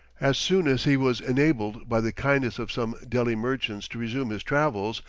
as soon as he was enabled by the kindness of some delhi merchants to resume his travels,